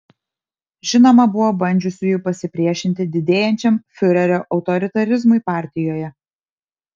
žinoma buvo bandžiusiųjų pasipriešinti didėjančiam fiurerio autoritarizmui partijoje